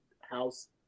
house